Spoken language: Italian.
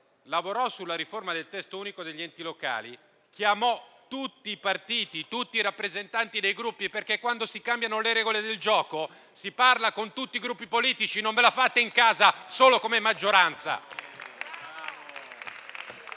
lavorò sulla riforma del Testo unico degli enti locali, chiamò tutti i partiti, tutti i rappresentanti dei Gruppi. Quando si cambiano le regole del gioco, si parla con tutti i Gruppi politici. Non ve la fate in casa solo come maggioranza.